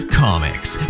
comics